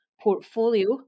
portfolio